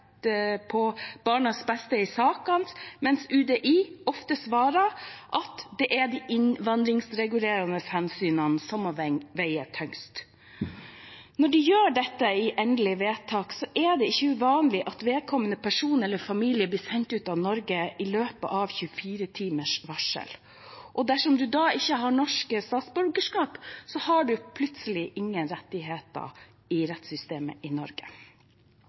på barnas beste i sakene, mens UDI ofte svarer at det er de innvandringsregulerende hensynene som må veie tyngst. Når de gjør dette i endelig vedtak, er det ikke uvanlig at vedkommende person eller familie blir sendt ut av Norge på 24 timers varsel. Dersom man da ikke har norsk statsborgerskap, har man plutselig ingen rettigheter i rettssystemet i Norge.